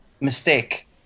mistake